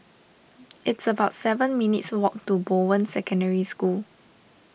it's about seven minutes' walk to Bowen Secondary School